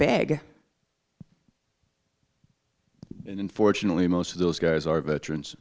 big and unfortunately most of those guys are veterans